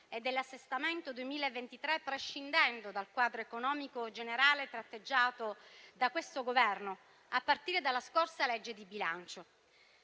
finanziario 2023 prescindendo dal quadro economico generale tratteggiato dal Governo a partire dalla scorsa legge di bilancio.